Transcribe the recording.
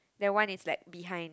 then one is like behind